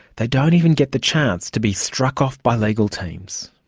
they don't even get the chance to be struck off by legal teams.